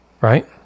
Right